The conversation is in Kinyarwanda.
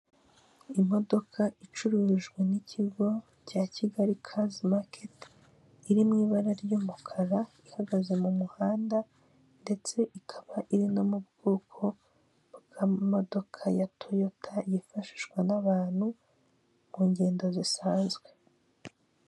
Imodoka icurujwe n'ikigo cya Kigali cars market iri mu ibara ry'umukara ihagaze mu muhanda ndetse ikaba iri no mu bwoko bw'amamodoka ya Toyota yifashishwa n'abantu mu ngendo zisanzwe.